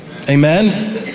Amen